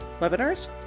webinars